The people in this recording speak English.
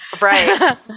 right